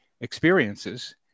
experiences